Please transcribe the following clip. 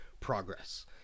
progress